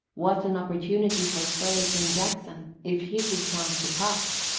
what an opportunity for sillerton jackson, if he should chance to pass!